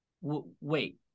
wait